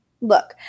Look